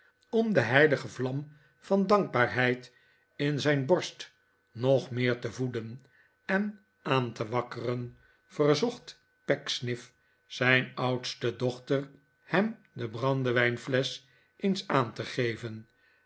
om de heilige vlam van dankbaarheid in zijn borst nog meer te voeden en aan te wakkeren verzocht pecksniff zijn oudste dochter hem de brandewijnflesch eens aan te geven